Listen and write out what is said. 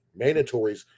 mandatories